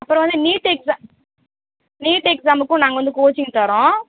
அப்புறம் வந்து NEET exam NEET எக்ஸாமுக்கும் நாங்கள் வந்து கோச்சிங் தர்றோம்